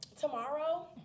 tomorrow